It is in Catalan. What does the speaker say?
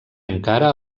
encara